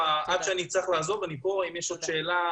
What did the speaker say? עד שאני אצטרך לעזוב אני פה, אם יש עוד שאלה.